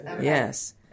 Yes